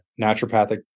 naturopathic